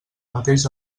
mateix